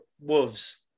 wolves